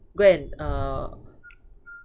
go and uh